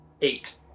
Eight